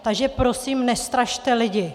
Takže prosím, nestrašte lidi.